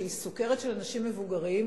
שהיא סוכרת של אנשים מבוגרים,